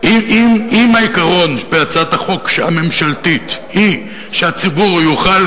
שאם העיקרון בהצעת החוק הממשלתית הוא שהציבור יוכל